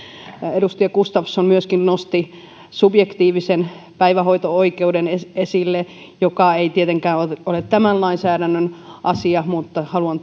edustaja gustafsson nosti esille myöskin subjektiivisen päivähoito oikeuden joka ei tietenkään ole tämän lainsäädännön asia mutta haluan